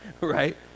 right